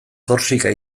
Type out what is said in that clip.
korsika